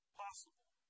possible